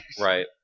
Right